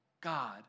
God